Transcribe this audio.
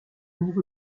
niveau